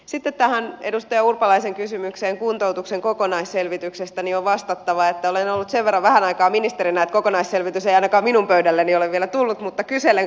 sitten tähän edustaja urpalaisen kysymykseen kuntoutuksen kokonaisselvityksestä on vastattava että olen ollut sen verran vähän aikaa ministerinä että kokonaisselvitys ei ainakaan minun pöydälleni ole vielä tullut mutta kyselen sen perään